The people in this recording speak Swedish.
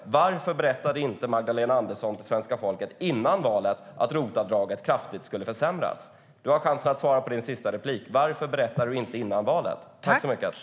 Varför berättade inte du, Magdalena Andersson, för svenska folket före valet att ROT-avdraget kraftigt skulle försämras? Du har i ditt sista inlägg chans att svara på varför du inte berättade detta före valet.